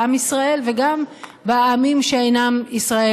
בעם ישראל וגם בעמים שאינם ישראל,